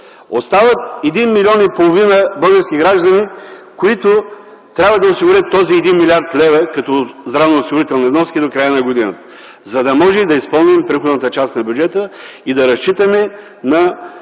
Остават 1,5 млн. български граждани, които трябва да осигурят тези 1 млрд. лв. като здравноосигурителни вноски до края на годината, за да можем да изпълним приходната част на бюджета и да разчитаме на